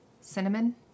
cinnamon